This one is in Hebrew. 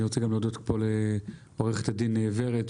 אני רוצה להודות פה לעו"ד ורד,